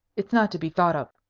it's not to be thought of.